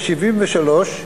ב-1973,